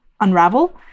unravel